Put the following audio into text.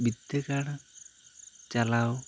ᱵᱤᱫᱽᱫᱟᱹᱜᱟᱲ ᱪᱟᱞᱟᱣ